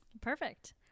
Perfect